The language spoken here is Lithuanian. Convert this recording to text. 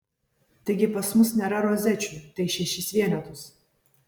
taigi pas mus nėra rozečių tai šešis vienetus